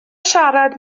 siarad